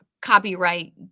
copyright